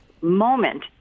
moment